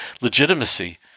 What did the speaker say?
legitimacy